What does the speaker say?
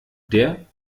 der